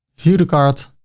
view the cart,